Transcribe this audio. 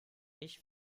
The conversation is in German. ich